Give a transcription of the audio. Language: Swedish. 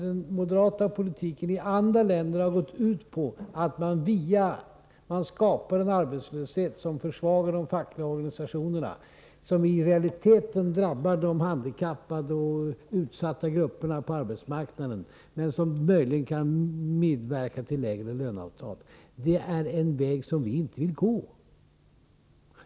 Den moderata politiken i andra länder har ju gått ut på att skapa en arbetslöshet som försvagar de fackliga organisationerna, vilket i realiteten drabbar de handikappade och de utsatta grupperna på arbetsmarknaden men möjligen medverkar till lägre löneavtal. Det är en väg som vi inte vill gå.